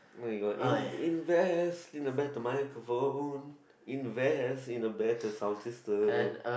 oh my god in invest in a microphone invest in a better sound system